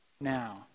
now